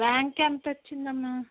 rank ఎంతొచ్చిందమ్మ